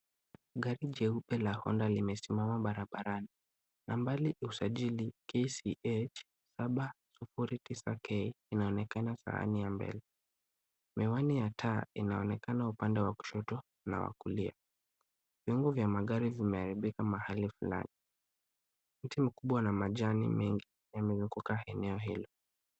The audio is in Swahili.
Gari jeupe la Honda limesimama barabarani, nambari usajili KCH 709K inaonekana sahani ya mbele, miwani ya taa inaonekana upande wa kushoto na wa kulia. Vyombo vya magari vimeharibika mahali fulani. Miti mkubwa na majani mengi yameanguka eneo hilo.